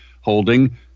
holding